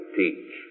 teach